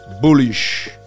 bullish